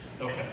Okay